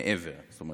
ומעבר לכך.